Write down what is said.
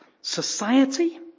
society